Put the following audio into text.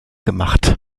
gemacht